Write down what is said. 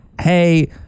hey